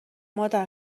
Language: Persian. مادر